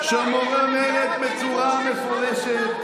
מוועדה כל כך חשובה,